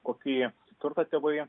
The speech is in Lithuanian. kokį turtą tėvai